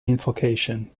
invocation